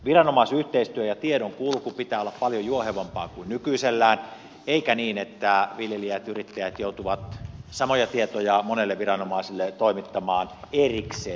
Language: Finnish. viranomaisyhteistyön ja tiedonkulun pitää olla paljon juohevampaa kuin nykyisellään eikä niin että viljelijät yrittäjät joutuvat samoja tietoja monelle viranomaiselle toimittamaan erikseen